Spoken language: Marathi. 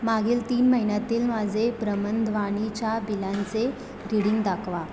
मागील तीन महिन्यातील माझे भ्रमणध्वनीच्या बिलांचे रीडिंग दाखवा